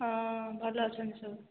ହଁ ଭଲ ଅଛନ୍ତି ସବୁ